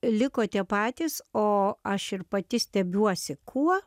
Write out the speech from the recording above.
liko tie patys o aš ir pati stebiuosi kuo